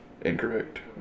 Incorrect